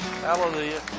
Hallelujah